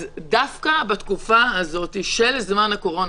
אז דווקא בתקופה הזאת של זמן הקורונה,